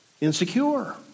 Insecure